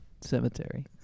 cemetery